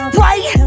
right